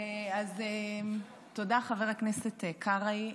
אז תודה, חבר הכנסת קרעי.